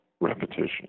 repetition